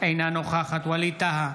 אינה נוכחת ווליד טאהא,